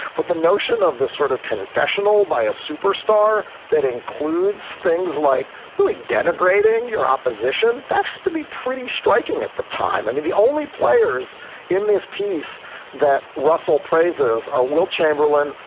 but the notion of this sort of confessional by a superstar that includes. things like really denigrating your opposition. that's to be pretty striking at the time. i mean, the only players in this piece that russell praises are wilt chamberlain,